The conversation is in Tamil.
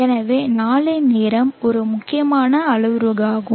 எனவே நாளின் நேரம் ஒரு முக்கியமான அளவுருவாகும்